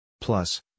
Plus